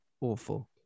awful